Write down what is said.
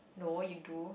no you do